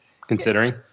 considering